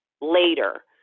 later